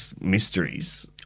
mysteries